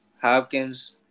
Hopkins